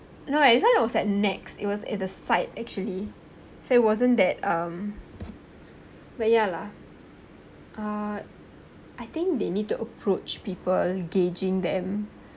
no this one was at next it was it's the site actually so it wasn't that um but ya lah uh I think they need to approach people gauging them